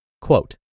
Quote